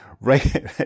right